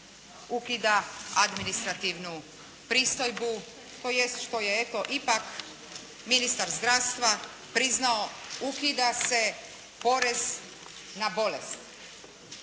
ukida administrativnu pristojbu, što je eto ipak ministar zdravstva priznao, ukida se porez na bolest.